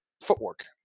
footwork